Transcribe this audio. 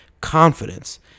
confidence